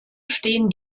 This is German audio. stehen